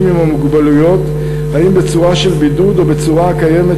עם המוגבלויות האם בצורה של בידוד או בצורה הקיימת,